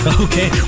okay